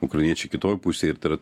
ukrainiečiai kitoj pusėj ir tai yra